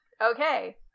okay